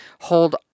hold